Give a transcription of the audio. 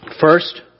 First